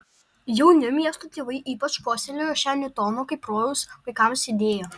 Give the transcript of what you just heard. jauni miesto tėvai ypač puoselėjo šią niutono kaip rojaus vaikams idėją